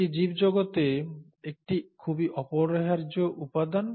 এটি জীবজগতে একটি খুবই অপরিহার্য উপাদান